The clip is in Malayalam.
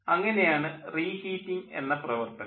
അങ്ങനെയാണ് റീഹീറ്റിംഗ് എന്ന പ്രവർത്തനം